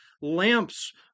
lamps